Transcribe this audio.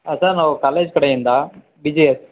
ಹಾಂ ಸರ್ ನಾವು ಕಾಲೇಜ್ ಕಡೆಯಿಂದ ಬಿ ಜಿ ಎಸ್